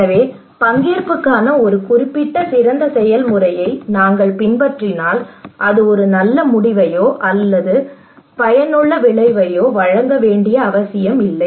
எனவே பங்கேற்புக்கான ஒரு குறிப்பிட்ட சிறந்த செயல்முறையை நாங்கள் பின்பற்றினால் அது ஒரு நல்ல முடிவையோ அல்லது பயனுள்ள விளைவையோ வழங்க வேண்டிய அவசியமில்லை